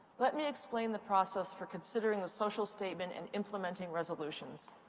let me explain the process for considering the social statement and implementing resolutions.